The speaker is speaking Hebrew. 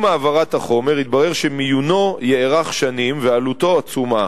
עם העברת החומר התברר שמיונו יארך שנים ועלותו עצומה.